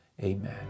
amen